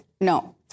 no